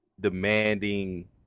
demanding